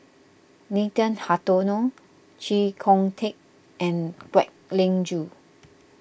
Nathan Hartono Chee Kong Tet and Kwek Leng Joo